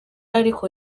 ariko